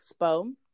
Expo